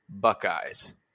Buckeyes